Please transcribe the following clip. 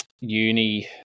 uni